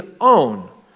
own